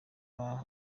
lab